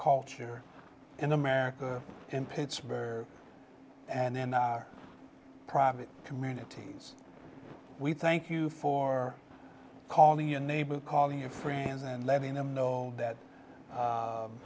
culture in america in pittsburgh and in private communities we thank you for calling me a neighbor calling your friends and letting them know that